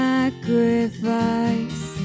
Sacrifice